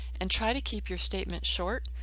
and try to keep your statement short,